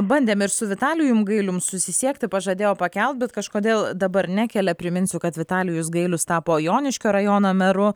bandėm ir su vitalijum gailium susisiekti pažadėjo pakelt bet kažkodėl dabar nekelia priminsiu kad vitalijus gailius tapo joniškio rajono meru